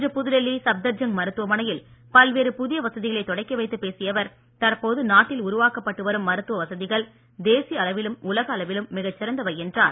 இன்று புதுடெல்லி சப்தர்ஜங் மருத்துவமனையில் பல்வேறு புதிய வசதிகளை தொடக்கி வைத்து பேசிய அவர் தற்போது நாட்டில் உருவாக்கப்பட்டு வரும் மருத்துவ வசதிகள் தேசிய அளவிலும் உலக அளவிலும் மிகச் சிறந்தவை என்றார்